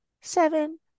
seven